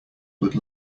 would